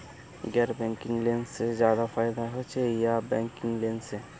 गैर banking loan से ज्यादा फायदा होचे या बैंकिंग लोन से?